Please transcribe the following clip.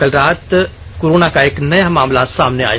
कल रात कोरोना का एक नया मामला सामने आया